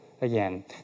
again